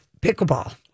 pickleball